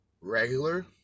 regular